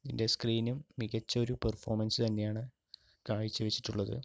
ഇതിൻ്റെ സ്ക്രീനും മികച്ചൊരു പെർഫോമൻസ് തന്നെയാണ് കാഴ്ച വെച്ചിട്ടുള്ളത്